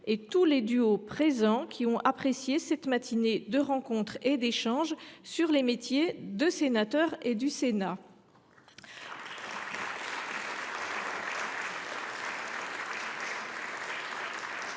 et tous les duos présents qui ont apprécié cette matinée de rencontres et d’échanges sur les métiers de sénateur et du Sénat.